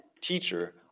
Teacher